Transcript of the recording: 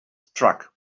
struck